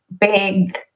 big